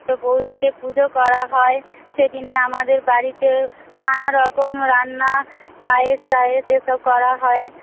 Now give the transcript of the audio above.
তো পৌষকে পুজো করা হয় সেদিনে আমাদের বাড়িতে নানারকম রান্না পায়েস টায়েস এসব করা হয়